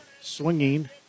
swinging